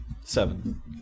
seven